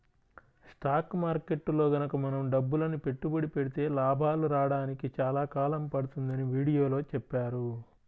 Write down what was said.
stock మార్కెట్టులో గనక మనం డబ్బులని పెట్టుబడి పెడితే లాభాలు రాడానికి చాలా కాలం పడుతుందని వీడియోలో చెప్పారు